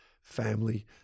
family